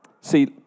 see